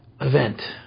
event